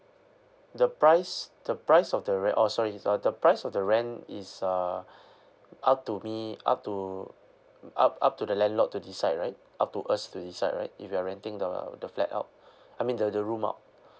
the price the price of the rent oh sorry oh the price of the rent is uh up to me up to up up to the landlord to decide right up to us to decide right if we are renting the the flat out I mean the the room out